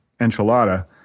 enchilada